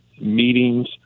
meetings